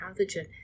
pathogen